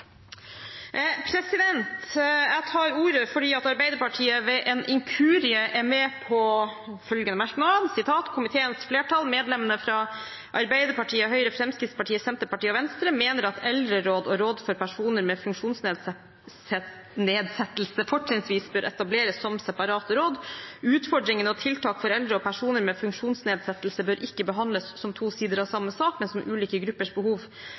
med på følgende merknad: «Komiteens flertall, medlemmene fra Arbeiderpartiet, Høyre, Fremskrittspartiet, Senterpartiet og Venstre, mener at eldreråd og råd for personer med funksjonsnedsettelse fortrinnsvis bør etableres som separate råd. Utfordringene og tiltak for eldre og personer med funksjonsnedsettelse bør ikke behandles som to sider av samme sak, men som ulike gruppers behov